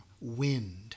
wind